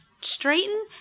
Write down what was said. Straighten